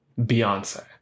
Beyonce